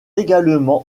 également